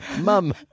Mum